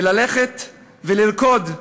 וללכת ולרקוד,